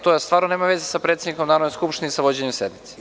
To stvarno nema veze sa predsednikom Narodne skupštine i sa vođenjem sednice.